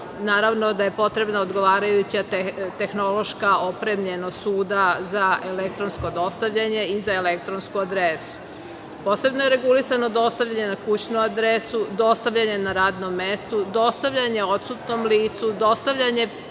Naravno da je potrebna odgovarajuća tehnološka opremljenost suda za elektronsko dostavljanje i za elektronsku adresu. Posebno je regulisano dostavljanje na kućnu adresu, dostavljanje na radno mesto, dostavljanje odsutnom licu, dostavljanje,